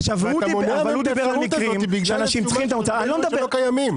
--- ואתה מונע מהם את האפשרות הזאת בגלל --- שלא קיימים.